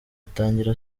atangira